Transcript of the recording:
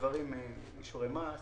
אישורי מס,